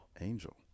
Angel